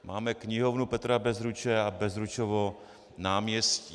Máme knihovnu Petra Bezruče a Bezručovo náměstí.